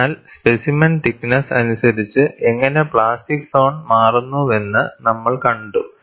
അതിനാൽ specimen thickness അനുസരിച്ചു എങ്ങനെ പ്ലാസ്റ്റിക് സോൺമാറുന്നുവെന്ന് നമ്മൾ കണ്ടു